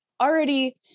already